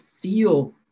feel